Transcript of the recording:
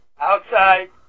Outside